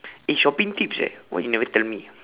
eh shopping tips eh why you never tell me